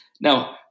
now